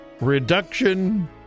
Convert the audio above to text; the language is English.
reduction